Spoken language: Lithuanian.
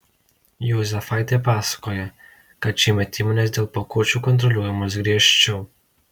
juozefaitė pasakoja kad šiemet įmonės dėl pakuočių kontroliuojamos griežčiau